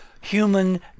human